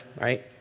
right